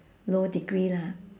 low degree lah